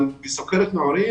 אבל כשמדובר בסוכרת נעורים